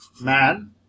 man